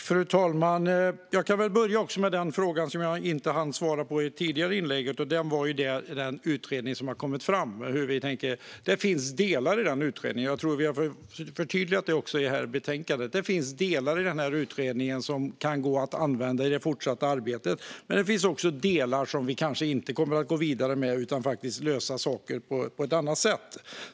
Fru talman! Jag kan väl börja med den fråga jag inte hann svara på i mitt tidigare inlägg, nämligen hur vi tänker om den utredning som har kommit. Det finns delar i den utredningen - jag tror att vi har förtydligat detta i betänkandet - som kan gå att använda i det fortsatta arbetet, men det finns också delar vi kanske inte kommer att gå vidare med utan där vi faktiskt löser saker på ett annat sätt.